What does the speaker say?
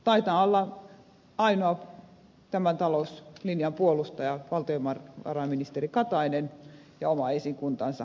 taitavat olla ainoat tämän talouslinjan puolustajat valtiovarainministeri katainen ja oma esikuntansa valtiovarainministeriössä